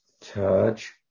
touch